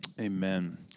Amen